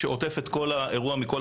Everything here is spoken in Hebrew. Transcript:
שעוטף את האירוע מכל הצדדים.